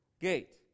gate